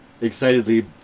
excitedly